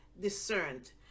discerned